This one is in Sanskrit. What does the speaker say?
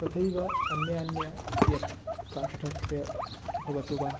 तथैव अन्यान्य यत् काष्टस्य भवतु वा